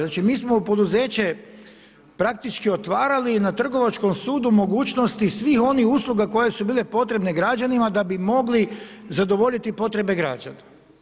Znači mi smo poduzeće praktički otvarali i na Trgovačkom sudu mogućnosti svih onih usluga koje su bile potrebne građanima da bi mogli zadovoljiti potrebe građana.